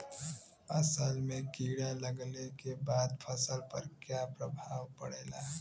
असल में कीड़ा लगने के बाद फसल पर क्या प्रभाव पड़ेगा?